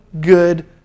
good